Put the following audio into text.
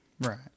Right